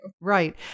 right